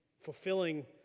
fulfilling